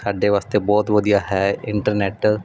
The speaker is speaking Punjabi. ਸਾਡੇ ਵਾਸਤੇ ਬਹੁਤ ਵਧੀਆ ਹੈ ਇੰਟਰਨੈੱਟ